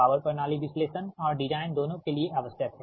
power प्रणाली विश्लेषण और डिजाइन दोनों के लिए आवश्यक है